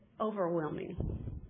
overwhelming